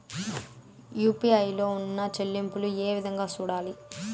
UPI లో ఉన్న చెల్లింపులు ఏ విధంగా సూడాలి